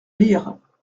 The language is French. lire